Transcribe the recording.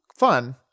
fun